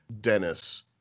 Dennis